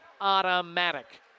Automatic